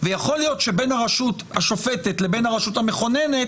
ויכול להיות שבין הרשות השופטת לבין הרשות המכוננת